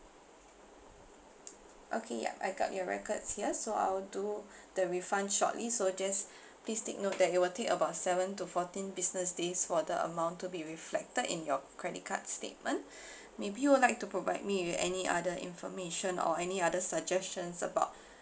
okay ya I got your records here so I will do the refund shortly so just please take note that it will take about seven to fourteen business days for the amount to be reflected in your credit card statement maybe you would like to provide me with any other information or any other suggestions about